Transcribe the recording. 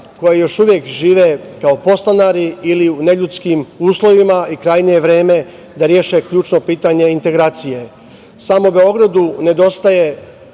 koje još uvek žive kao podstanari ili u neljudskim uslovima i krajnje je vreme da reše ključno pitanje integracije. Samo Beogradu nedostaje